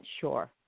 sure